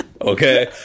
Okay